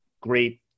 great